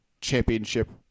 championship